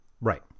Right